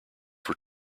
were